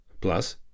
Plus